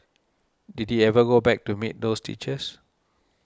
did he ever go back to meet those teachers